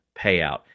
payout